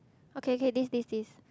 okay okay this this this